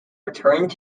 returned